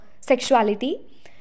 sexuality